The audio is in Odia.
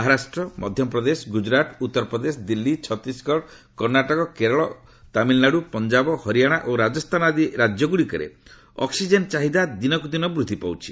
ମହାରାଷ୍ଟ୍ର ମଧ୍ୟପ୍ରଦେଶ ଗୁକୁରାଟ ଉତ୍ତରପ୍ରଦେଶ ଦିଲ୍ଲୀ ଛତିଶଗଡ କର୍ଣ୍ଣାଟକ କେରଳ ତାମିଲନାଡୁ ପଞ୍ଜାବ ହରିୟାଣା ଓ ରାଜସ୍ତାନ ଆଦି ରାଜ୍ୟ ଗୁଡ଼ିକରେ ଅକ୍ପିଜେନ୍ ଚାହିଦା ଦିନକୁଦିନ ବୃଦ୍ଧି ପାଉଛି